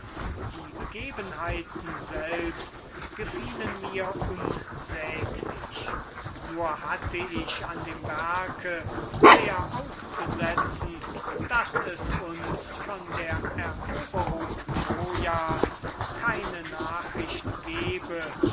die begebenheiten selbst gefielen mir unsäglich nur hatte ich an dem werke sehr auszusetzen daß es uns von der eroberung trojas keine nachricht gebe